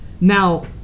Now